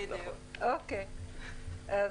אבל